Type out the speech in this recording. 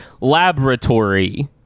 laboratory